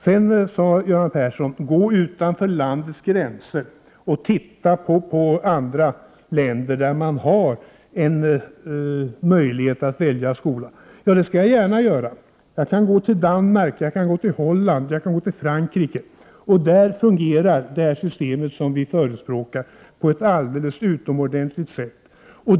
Vidare sade Göran Persson: Gå utanför landets gränser och titta på andra länder där man har möjlighet att välja skola. Det skall jag gärna göra. Jag kan gå till Danmark. Jag kan gå till Holland, och jag kan gå till Frankrike. Där fungerar det system som vi förespråkar på ett alldeles utomordentligt sätt.